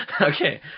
Okay